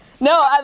No